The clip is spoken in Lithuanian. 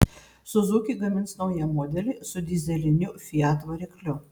suzuki gamins naują modelį su dyzeliniu fiat varikliu